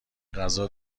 غذا